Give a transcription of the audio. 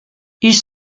ils